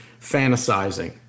fantasizing